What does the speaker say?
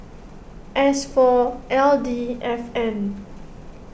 S four L D F N